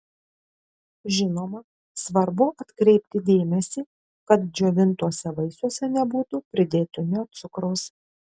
žinoma svarbu atkreipti dėmesį kad džiovintuose vaisiuose nebūtų pridėtinio cukraus